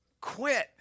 Quit